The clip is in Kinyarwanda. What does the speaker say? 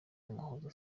umuhoza